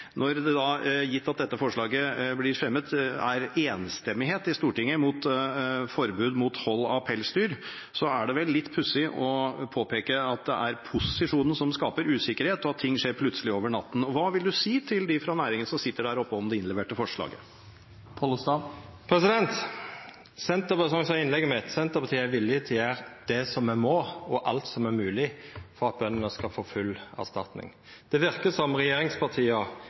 når det, gitt at dette forslaget blir fremmet, er enstemmighet i Stortinget om forbud mot hold av pelsdyr, er det vel litt pussig å påpeke at det er posisjonen som skaper usikkerhet, og at ting skjer plutselig over natten. Hva vil representanten Pollestad si til dem fra næringen som sitter der oppe, om det innleverte forslaget? Som eg sa i innlegget mitt: Senterpartiet er villig til å gjera det som me må, og alt som er mogleg, for at bøndene skal få full erstatning. Det verkar som